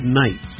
night